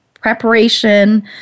preparation